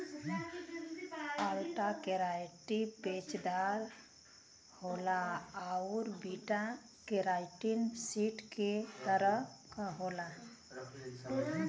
alpha keratin पेचदार होला आउर बीटा केराटिन सीट के तरह क होला